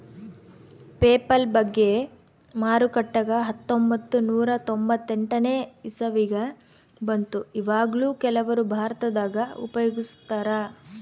PayPal ಬಗ್ಗೆ ಮಾರುಕಟ್ಟೆಗ ಹತ್ತೊಂಭತ್ತು ನೂರ ತೊಂಬತ್ತೆಂಟನೇ ಇಸವಿಗ ಬಂತು ಈವಗ್ಲೂ ಕೆಲವರು ಭಾರತದಗ ಉಪಯೋಗಿಸ್ತರಾ